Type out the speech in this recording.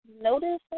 notice